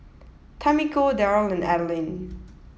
Tamiko Darrel and Adeline